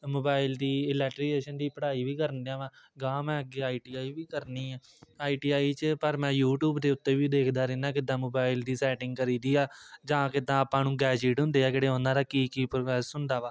mobile ਦੀ electrician ਦੀ ਪੜ੍ਹਾਈ ਵੀ ਕਰਨ ਡਿਆਂ ਵਾਂ ਅਗਾਂਹ ਮੈਂ ਅੱਗੇ ਆਈ ਟੀ ਆਈ ਵੀ ਕਰਨੀ ਹੈ ਆਈ ਟੀ ਆਈ 'ਚ ਪਰ ਮੈਂ ਯੂਟਿਊਬ ਦੇ ਉੱਤੇ ਵੀ ਦੇਖਦਾ ਰਹਿੰਦਾ ਕਿੱਦਾਂ ਮੋਬਾਈਲ ਦੀ ਸੈਟਿੰਗ ਕਰੀ ਦੀ ਆ ਜਾਂ ਕਿੱਦਾਂ ਆਪਾਂ ਨੂੰ ਗੈਜੀਟ ਹੁੰਦੇ ਆ ਕਿਹੜੇ ਉਹਨਾਂ ਦਾ ਕੀ ਕੀ ਪ੍ਰੋਗਰੈਸ ਹੁੰਦਾ ਵਾ